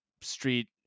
street